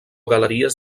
galeries